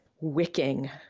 wicking